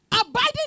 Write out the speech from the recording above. Abiding